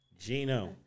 Gino